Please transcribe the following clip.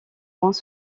moins